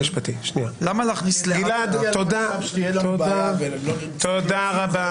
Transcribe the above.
תודה רבה.